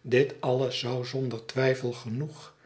dit alles zou zonder twijfel genoeg